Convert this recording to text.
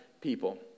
people